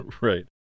Right